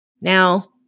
Now